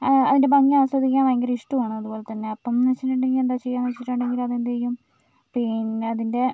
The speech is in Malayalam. അതിൻ്റെ ഭംഗി ആസ്വദിക്കാൻ ഭയങ്കര ഇഷ്ടവുമാണ് അതുപോലെതന്നെ അപ്പംന്ന് വെച്ചിട്ടുണ്ടെങ്കിൽ എന്താ ചെയ്യാൻ വെച്ചിട്ടുണ്ടെങ്കിൽ അതെന്തുചെയ്യും പിന്നതിൻ്റെ